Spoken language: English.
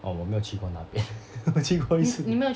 orh 我没有去过那边 我去过一次